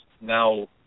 now